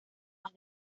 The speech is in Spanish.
más